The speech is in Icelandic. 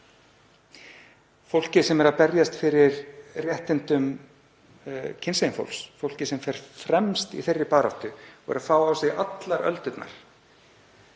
Fólkið sem er að berjast fyrir réttindum kynsegin fólks, fólkið sem fer fremst í þeirri baráttu og er að fá á sig allar öldurnar